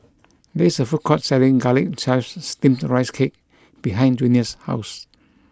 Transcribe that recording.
there is a food court selling garlic chives steamed rice cake behind Junia's house